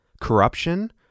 Corruption